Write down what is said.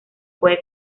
puede